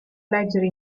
leggere